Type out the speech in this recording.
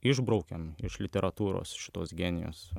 išbraukiam iš literatūros šituos genijus